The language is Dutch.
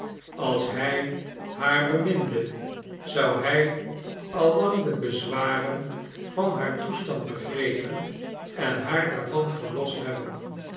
als hij haar beminde zou hij al lang de bezwaren van haar toestand begrepen en haar daarvan verlost hebben